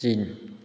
China